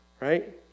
right